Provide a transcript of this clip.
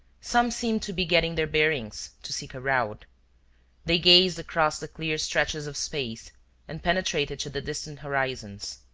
some seemed to be getting their bearings, to seek a route they gazed across the clear stretches of space and penetrated to the distant horizons.